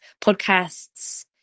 podcasts